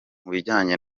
bijyanye